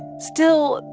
still,